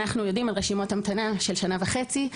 אנחנו יודעים על רשימות המתנה של שנה וחצי.